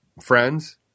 friends